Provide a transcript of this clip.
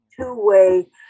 two-way